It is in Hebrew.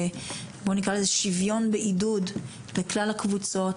בואו נקרא לזה שיוויון בעידוד לכלל הקבוצות,